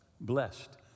blessed